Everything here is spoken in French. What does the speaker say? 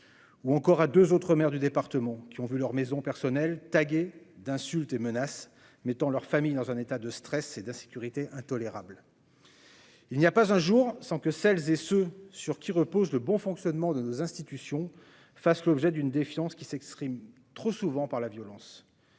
ou encore à 2 autres maires du département qui ont vu leur maison personnelle taguée d'insultes et menaces, mettant leur famille dans un état de stress et d'insécurité intolérable. Il n'y a pas un jour sans que celles et ceux sur qui repose le bon fonctionnement de nos institutions fassent l'objet d'une défiance qui s'exprime trop souvent par la violence,